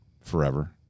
forever